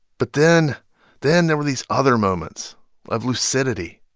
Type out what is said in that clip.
but then then there were these other moments of lucidity,